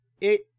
it-